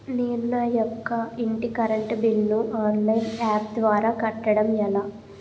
నేను నా యెక్క ఇంటి కరెంట్ బిల్ ను ఆన్లైన్ యాప్ ద్వారా కట్టడం ఎలా?